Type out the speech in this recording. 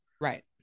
Right